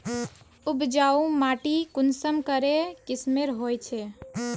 उपजाऊ माटी कुंसम करे किस्मेर होचए?